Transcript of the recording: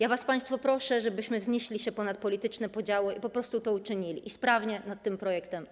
Bardzo państwa proszę, żebyśmy wznieśli się ponad polityczne podziały i po prostu to uczynili, i sprawnie pracowali nad tym projektem.